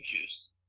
juice